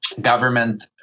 government